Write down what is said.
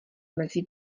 mezi